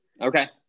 okay